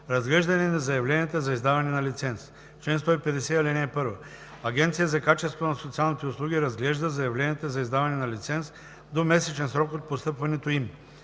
„Разглеждане на заявленията за издаване на лиценз Чл. 150. (1) Агенцията за качеството на социалните услуги разглежда заявленията за издаване на лиценз в двумесечен срок от постъпването им.